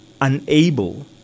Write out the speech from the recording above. unable